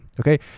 okay